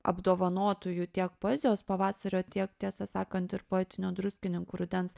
apdovanotųjų tiek poezijos pavasario tiek tiesą sakant ir poetinio druskininkų rudens